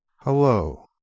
Hello